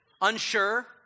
unsure